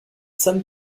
san